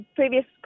previous